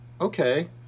okay